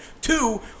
Two